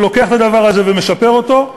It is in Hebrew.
שלוקח את הדבר הזה ומשפר אותו,